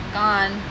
gone